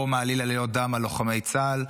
או מעליל עלילות דם על לוחמי צה"ל,